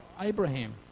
Abraham